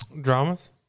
Dramas